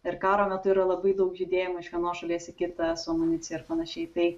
ir karo metu yra labai daug judėjimo iš vienos šalies į kitą su amunicija ir panašiai tai